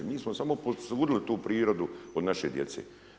Mi samo posudili tu prirodu od naše djece.